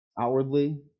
outwardly